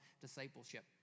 discipleship